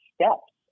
Steps